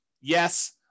Yes